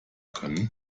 können